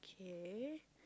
okay